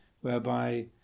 whereby